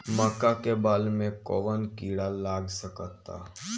मका के बाल में कवन किड़ा लाग सकता?